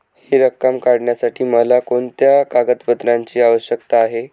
हि रक्कम काढण्यासाठी मला कोणत्या कागदपत्रांची आवश्यकता आहे?